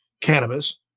cannabis